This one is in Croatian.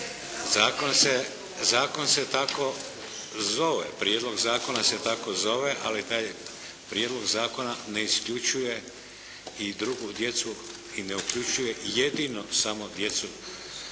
Zakon se tako zove, prijedlog zakona se tako zove. Ali taj prijedlog zakona ne isključuje i drugu djecu i ne uključuje jedino samo djecu,